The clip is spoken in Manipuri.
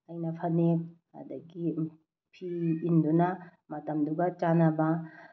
ꯑꯩꯅ ꯐꯅꯦꯛ ꯑꯗꯨꯒꯤ ꯐꯤ ꯏꯟꯗꯨꯅ ꯃꯇꯝꯗꯨꯒ ꯆꯥꯟꯅꯕ